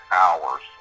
hours